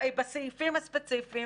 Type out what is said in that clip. בסעיפים הספציפיים,